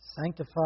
Sanctify